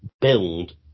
build